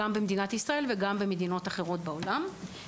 גם במדינת ישראל וגם במדינות אחרות בעולם.